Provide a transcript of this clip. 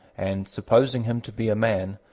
and, supposing him to be a man,